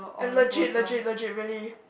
a legit legit legit really